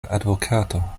advokato